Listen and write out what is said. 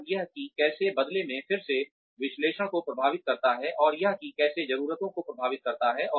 और यह कि कैसे बदले में फिर से विश्लेषण को प्रभावित करता है और यह कि कैसे ज़रूरतों को प्रभावित करता है